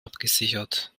abgesichert